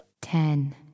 Ten